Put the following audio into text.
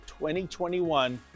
2021